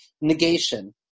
negation